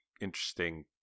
interesting